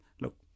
look